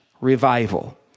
revival